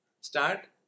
Start